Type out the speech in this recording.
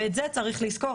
ואת זה צריך לזכור.